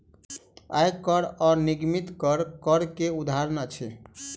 आय कर आ निगमित कर, कर के उदाहरण अछि